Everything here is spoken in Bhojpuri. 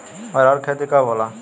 अरहर के खेती कब होला?